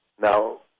Now